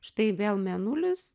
štai vėl mėnulis